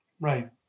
Right